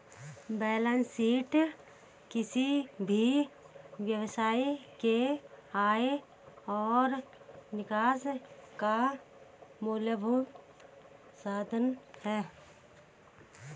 balance sheet किसी भी व्यवसाय के आय और निकास का मूलभूत साधन है